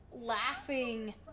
laughing